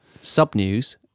Sub-news